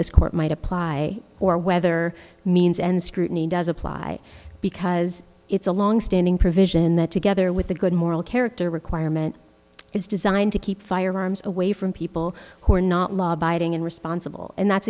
this court might apply or whether means and scrutiny does apply because it's a longstanding provision that together with the good moral character requirement is designed to keep firearms away from people who are not law abiding and responsible and that's